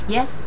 Yes